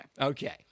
Okay